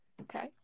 Okay